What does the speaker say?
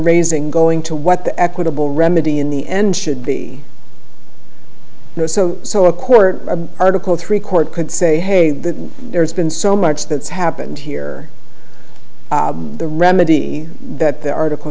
raising going to what the equitable remedy in the end should be no so so a court article three court could say hey that there's been so much that's happened here the remedy that the article